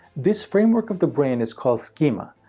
this framework of the brain is called schema.